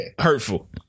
Hurtful